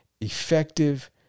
effective